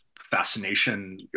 fascination